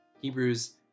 Hebrews